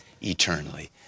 eternally